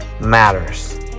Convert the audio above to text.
matters